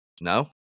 No